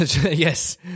Yes